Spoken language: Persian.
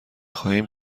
خواهیم